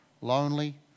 lonely